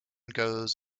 goes